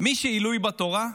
מי שעילוי בתורה,